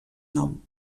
nom